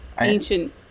ancient